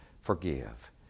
forgive